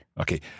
Okay